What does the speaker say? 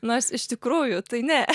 nors iš tikrųjų tai ne